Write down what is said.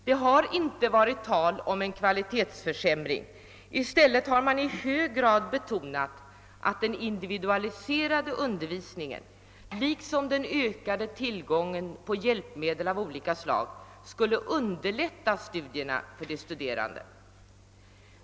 Det har inte varit tal om en kvalitetsförsämring. I stället har man kraftigt betonat att den individualiserade undervisningen liksom den ökade tillgången på hjälpmedel av olika slag skulle underlätta studierna.